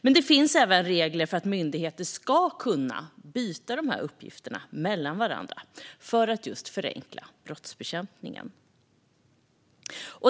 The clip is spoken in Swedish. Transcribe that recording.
Men det finns även regler för att myndigheter ska kunna byta uppgifter mellan varandra för att förenkla brottsbekämpningen.